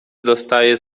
dostaje